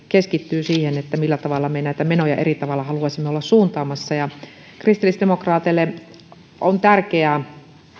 keskittyy siihen millä tavalla me näitä menoja eri tavalla haluaisimme olla suuntaamassa kristillisdemokraateille on tärkeää